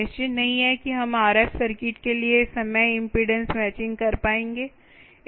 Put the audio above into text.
निश्चित नहीं है कि हम आरएफ सर्किट के लिए समय इम्पीडेन्स मैचिंग कर पाएंगे